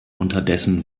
unterdessen